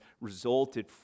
resulted